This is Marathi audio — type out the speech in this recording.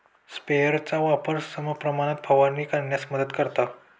स्प्रेयरचा वापर समप्रमाणात फवारणी करण्यास मदत करतो